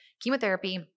chemotherapy